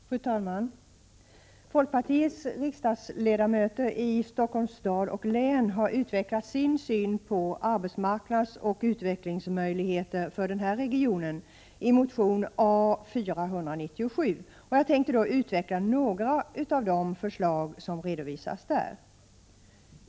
Fru talman! Folkpartiets riksdagsledamöter i Stockholms stad och län har utvecklat sin syn på arbetsmarknadsoch utvecklingsmöjligheter för denna region i motion A497. Jag tänkte tala om några av de förslag som redovisas där.